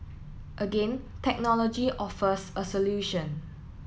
again technology offers a solution